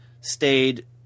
stayed